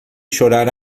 chorar